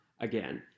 again